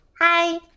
Hi